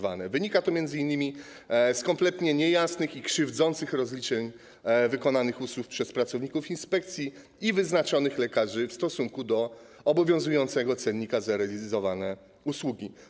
Wynika to m.in. z kompletnie niejasnych i krzywdzących rozliczeń wykonanych usług przez pracowników inspekcji i wyznaczonych lekarzy w stosunku do obowiązującego cennika za realizowane usługi.